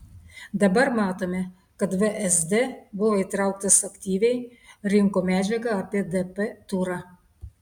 dabar matome kad vsd buvo įtrauktas aktyviai rinko medžiagą apie dp turą